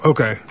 Okay